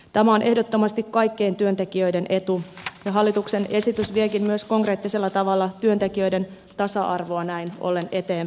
tämä on ehdottomasti kaikkien työntekijöiden etu ja hallituksen esitys viekin myös konkreettisella tavalla työntekijöiden tasa arvoa näin ollen eteenpäin